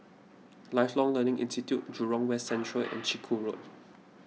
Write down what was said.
Lifelong Learning Institute Jurong West Central and Chiku Road